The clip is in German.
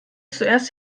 zuerst